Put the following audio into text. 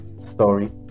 story